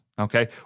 okay